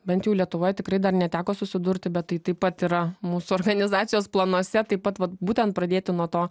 bent jau lietuvoj tikrai dar neteko susidurti bet tai taip pat yra mūsų organizacijos planuose taip pat vat būtent pradėti nuo to